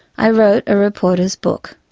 i wrote a reporter's book.